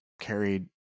carried